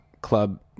club